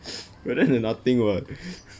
rather than nothing [what]